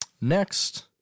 Next